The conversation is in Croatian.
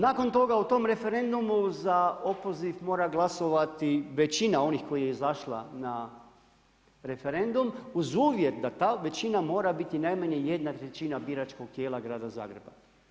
Nakon toga u tom referendumu za opoziv mora glasovati većina onih koja je izašla na referendum uz uvjet da ta većina mora biti najmanje jedna trećina biračkog tijela grada Zagreba.